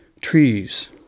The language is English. trees